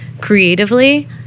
creatively